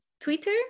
Twitter